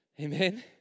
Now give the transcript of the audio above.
Amen